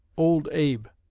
old abe